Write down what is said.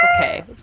Okay